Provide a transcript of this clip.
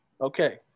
Okay